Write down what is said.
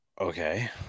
Okay